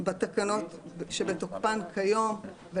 בתקנות שבתוקף כיום.